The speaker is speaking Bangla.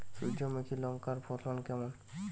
সূর্যমুখী লঙ্কার ফলন কেমন?